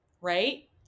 right